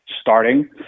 starting